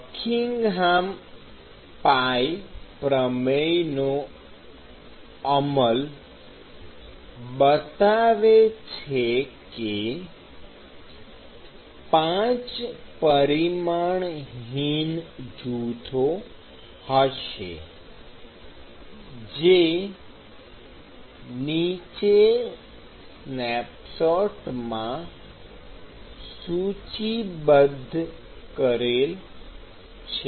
Buckingham pi પ્રમેયનો અમલ બતાવે છે કે ૫ પરિમાણહીન જૂથો હશે જે નીચે સ્નેપશોટમાં સૂચિબદ્ધ કરેલ છે